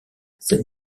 cette